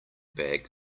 bag